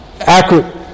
accurate